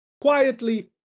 quietly